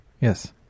Yes